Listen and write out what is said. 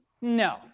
no